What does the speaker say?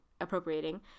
appropriating